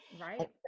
Right